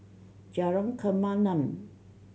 Jalan Kemaman